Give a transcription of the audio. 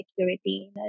security